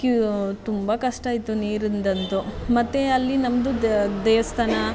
ಕಿ ತುಂಬ ಕಷ್ಟ ಇತ್ತು ನೀರಿಂದಂತೂ ಮತ್ತು ಅಲ್ಲಿ ನಮ್ಮದು ದೇವಸ್ಥಾನ